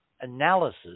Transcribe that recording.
analysis